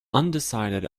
undecided